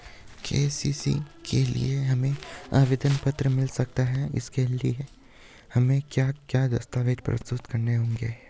KCC के लिए हमें आवेदन पत्र मिल सकता है इसके लिए हमें क्या क्या दस्तावेज़ प्रस्तुत करने होंगे?